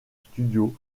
studio